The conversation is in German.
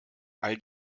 all